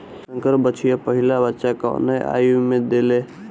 संकर बछिया पहिला बच्चा कवने आयु में देले?